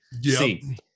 see